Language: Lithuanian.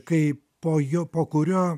kai po jo po kurio